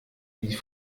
die